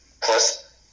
plus